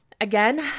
again